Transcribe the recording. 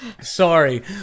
sorry